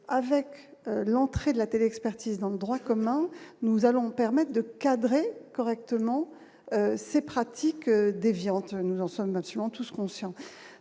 avec l'entrée de la télé-expertise dans le droit commun, nous allons permettent de cadrer correctement ces pratiques déviantes, nous en sommes absolument tous conscients,